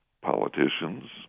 politicians